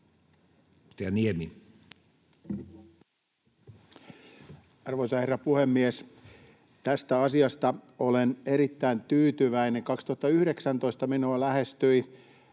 Arvoisa herra puhemies! Tästä asiasta olen erittäin tyytyväinen. 2019 minua lähestyi